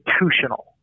institutional